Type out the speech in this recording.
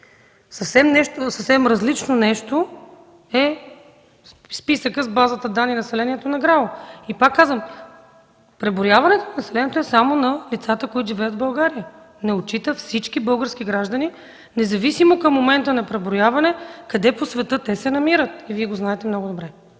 Съвсем различно нещо е списъкът с базата данни на населението на ГРАО. Пак казвам, преброяването на населението е само на лицата, които живеят в България – не отчита всички български граждани, независимо към момента на преброяването къде се намират по света. Вие го знаете много добре.